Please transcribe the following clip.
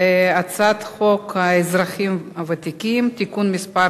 הצעת חוק האזרחים הוותיקים (תיקון מס'